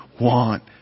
want